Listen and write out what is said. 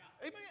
Amen